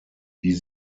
wie